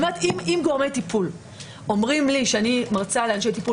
גורמי טיפול אומרים לי ואני מרצה לאנשי טיפול